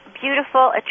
beautiful